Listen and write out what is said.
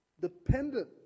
dependent